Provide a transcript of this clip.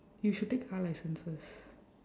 you should take car license first